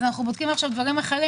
אנחנו בודקים אפשרויות אחרות,